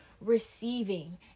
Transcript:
receiving